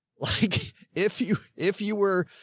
like if you, if you were,